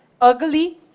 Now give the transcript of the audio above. ugly